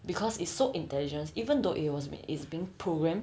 because it's so intelligence even though it was me it's being programmed